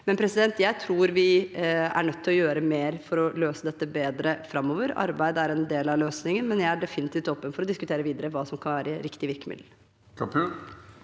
blir bosatt. Jeg tror vi er nødt til å gjøre mer for å løse dette bedre framover. Arbeid er en del av løsningen, men jeg er definitivt åpen for å diskutere videre hva som kan være riktig virkemiddel.